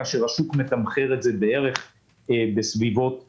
כאשר השוק מתמחר את זה בערך בסביבות מרץ.